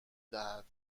دهد